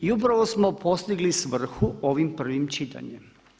I upravo smo postigli svrhu ovim prvim čitanjem.